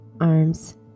arms